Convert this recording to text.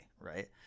right